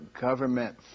government